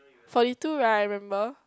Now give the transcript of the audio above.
forty two right I remember